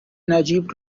نجیب